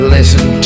Listen